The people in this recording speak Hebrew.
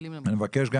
אני מבקש גם